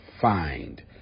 find